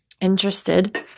interested